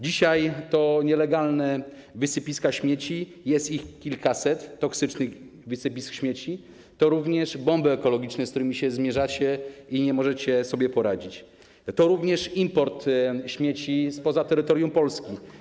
Dzisiaj to nielegalne wysypiska śmieci, bo jest kilkaset toksycznych wysypisk śmieci, to również bomby ekologiczne, z którymi się mierzycie i nie możecie sobie poradzić, to również import śmieci spoza terytorium Polski.